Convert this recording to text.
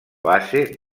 base